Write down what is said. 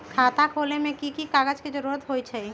खाता खोले में कि की कागज के जरूरी होई छइ?